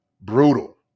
brutal